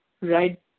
right